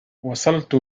وصلت